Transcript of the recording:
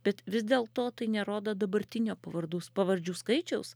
bet vis dėl to tai nerodo dabartinio pavardų pavardžių skaičiaus